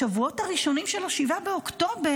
בשבועות הראשונים של 7 באוקטובר,